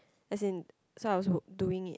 as in so I was doing it